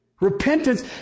repentance